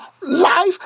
life